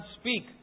speak